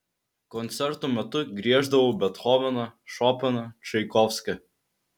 koncertų metu grieždavau bethoveną šopeną čaikovskį